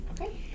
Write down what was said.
Okay